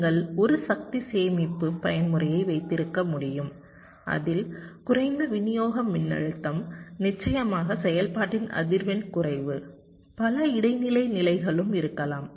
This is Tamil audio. நீங்கள் ஒரு சக்தி சேமிப்பு பயன்முறையை வைத்திருக்க முடியும் அதில் குறைந்த விநியோக மின்னழுத்தம் நிச்சயமாக செயல்பாட்டின் அதிர்வெண் குறைவு பல இடைநிலை நிலைகளும் இருக்கலாம்